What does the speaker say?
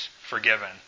forgiven